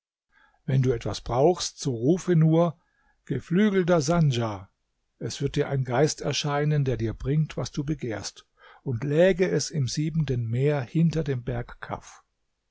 wenn du etwas brauchst so rufe nur geflügelter sandja er wird dir ein geist erscheinen der dir bringt was du begehrst und läge es im siebenten meer hinter dem berg kaf